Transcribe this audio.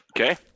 Okay